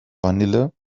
vanille